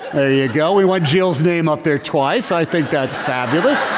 there you go. we want jill's name up there twice. i think that's fabulous.